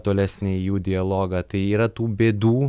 tolesnį jų dialogą tai yra tų bėdų